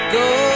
go